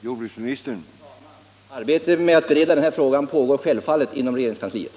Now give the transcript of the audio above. Herr talman! Arbetet med att bereda den här frågan pågår självfallet inom regeringskansliet.